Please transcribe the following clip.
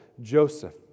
Joseph